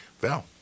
Val